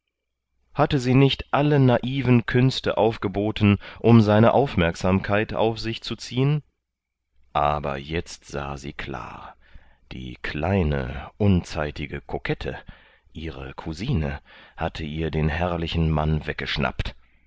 hatte sie nicht alle naiven künste aufgeboten um seine aufmerksamkeit auf sich zu ziehen aber jetzt sah sie klar die kleine unzeitige kokette ihre cousine hatte ihr den herrlichen mann weggeschnappt